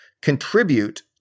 contribute